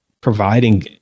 providing